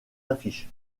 affiches